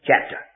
chapter